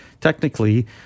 technically